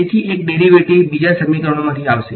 તેથી એક ડેરિવેટિવ બીજા સમીકરણમાંથી આવશે